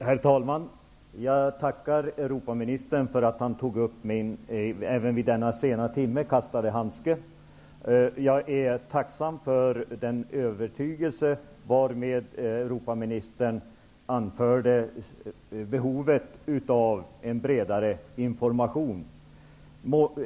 Herr talman! Jag tackar Europaministern för att han trots denna sena timme tog upp min kastade handske. Jag är tacksam för den övertygelse varmed Europaministern betonade behovet av en bredare information.